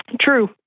true